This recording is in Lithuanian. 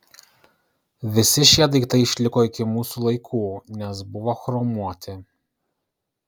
visi šie daiktai išliko iki mūsų laikų nes buvo chromuoti